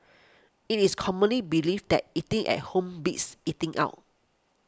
it is commonly believed that eating at home beats eating out